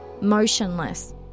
motionless